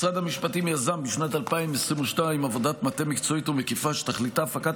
משרד המשפטים יזם בשנת 2022 עבודת מטה מקצועית ומקיפה שתכליתה הפקת